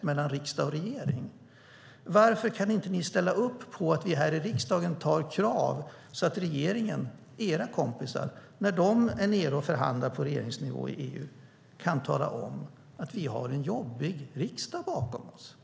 mellan riksdag och regering på ett smart sätt. Varför kan ni inte ställa upp på att vi här i riksdagen ställer krav så att regeringen, era kompisar, när de är nere och förhandlar på regeringsnivå kan tala om att de har en jobbig riksdag bakom sig?